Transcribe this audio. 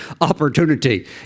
opportunity